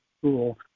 school